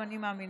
גם אני מאמינה,